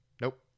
nope